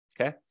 okay